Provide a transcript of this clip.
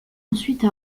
ensuite